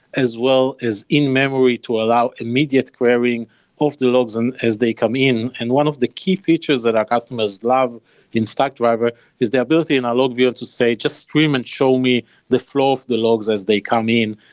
as well as in-memory to allow immediate querying of the logs and as they come in. and one of the key features that our customers love in stackdriver is the ability in our log, we have to say, just stream and show me the flow of the logs as they come in.